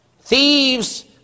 Thieves